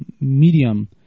medium